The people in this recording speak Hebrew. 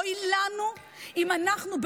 אוי לנו אם אנחנו,